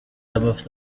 amafoto